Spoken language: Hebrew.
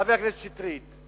חבר הכנסת שטרית,